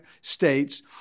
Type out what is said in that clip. states